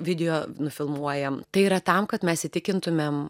video nufilmuojam tai yra tam kad mes įtikintumėm